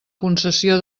concessió